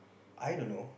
I don't know